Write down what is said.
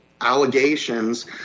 allegations